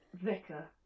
Vicar